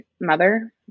mother